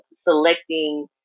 selecting